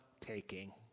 taking